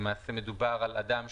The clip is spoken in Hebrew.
למעשה מדובר על אדם,